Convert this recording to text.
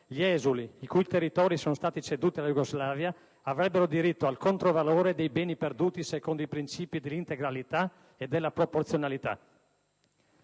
gli esuli i cui territori sono stati ceduti alla Jugoslavia avrebbero diritto al controvalore dei beni perduti secondo i principi della integralità e della proporzionalità.